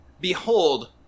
Behold